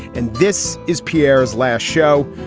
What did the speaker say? and this is piers last show.